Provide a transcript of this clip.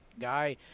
guy